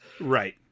Right